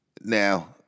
Now